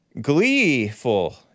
Gleeful